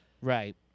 right